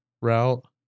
Route